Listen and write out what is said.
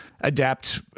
adapt